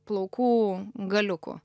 plaukų galiukų